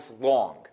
long